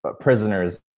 prisoners